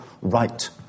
right